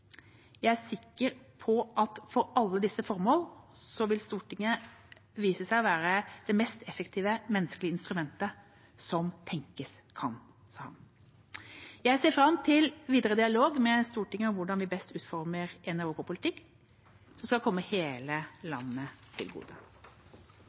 Jeg er sikker på at for alle disse formål vil Stortinget vise seg å være det mest effektive menneskelige instrument som tenkes kan. Jeg ser fram til videre dialog med Stortinget om hvordan vi best utformer en europapolitikk som skal komme hele